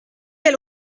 elle